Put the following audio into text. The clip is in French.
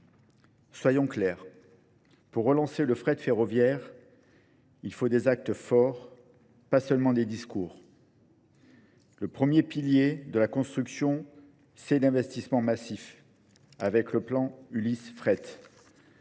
Soyons clairs, pour relancer le fret ferroviaire, il faut des actes forts, pas seulement des discours. Le premier pilier de la construction, c'est l'investissement massif avec le plan Ulysse-Fret.